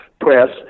Press